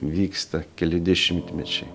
vyksta keli dešimtmečiai